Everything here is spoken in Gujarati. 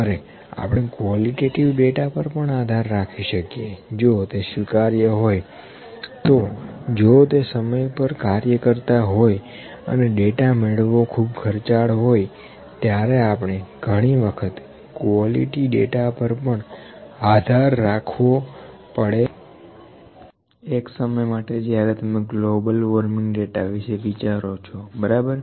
અરે આપણે કવોલીટેટીવ ડેટા પર પણ આધાર રાખી શકીએ જો તે સ્વીકાર્ય હોય તોજો તે સમય પર કાર્યકર્તા હોય અને ડેટા મેળવવો ખૂબ ખર્ચાળ હોય ત્યારે આપણે ઘણી વખત ક્વોલિટી ડેટા પર પણ આધાર રાખવો પડે છે એક સમય માટે જ્યારે તમે ગ્લોબલ વોર્મિંગ ડેટા વિશે વિચારો છો બરાબર